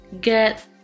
get